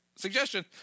suggestion